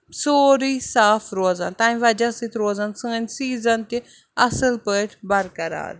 سورُے صاف روزان تَمہِ وجہہ سۭتۍ روزَن سٲنۍ سیٖزَن تہِ اَصٕل پٲٹھۍ بَرقرار